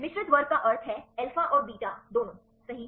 मिश्रित वर्ग का अर्थ है अल्फा और बीटा दोनों सही